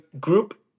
group